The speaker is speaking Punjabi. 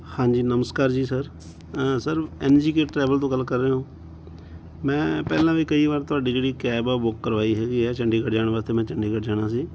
ਹਾਂਜੀ ਨਮਸਕਾਰ ਜੀ sir sir N G K travel ਤੋਂ ਗੱਲ ਕਰ ਰਹੇ ਹੋ ਮੈਂ ਪਹਿਲਾਂ ਵੀ ਕਈ ਵਾਰ ਤੁਹਾਡੀ ਜਿਹੜੀ ਕੈਬ ਆ ਬੁੱਕ ਕਰਵਾਈ ਹੈਗੀ ਆ ਚੰਡੀਗੜ੍ਹ ਜਾਣ ਵਾਸਤੇ ਮੈਂ ਚੰਡੀਗੜ੍ਹ ਜਾਣਾ ਸੀ